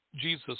Jesus